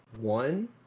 one